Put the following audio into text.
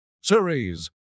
Series